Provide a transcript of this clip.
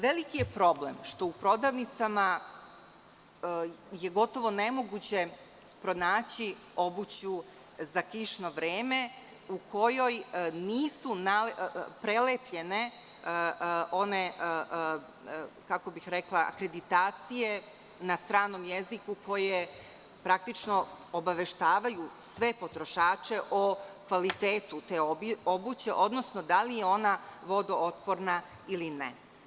Veliki je problem što je u prodavnicama gotovo nemoguće pronaći obuću za kišno vreme u kojoj nisu prelepljene akreditacije na stranom jeziku koje obaveštavaju sve potrošače o kvalitetu te obuće, odnosno da li je ona vodootporna ili ne.